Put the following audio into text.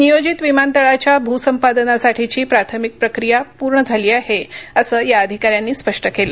नियोजित विमानतळाच्या भूसंपादनासाठीची प्राथमिक प्रक्रिया पूर्ण झाली आहे असं या अधिकाऱ्यांनी स्पष्ट केलं